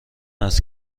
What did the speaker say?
است